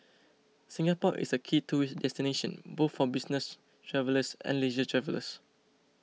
Singapore is a key tourist destination both for business travellers and leisure travellers